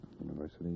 University